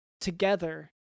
together